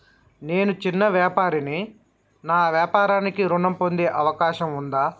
నేను చిన్న వ్యాపారిని నా వ్యాపారానికి ఋణం పొందే అవకాశం ఉందా?